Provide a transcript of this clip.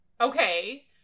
Okay